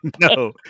no